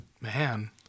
man